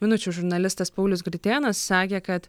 minučių žurnalistas paulius gritėnas sakė kad